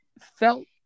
felt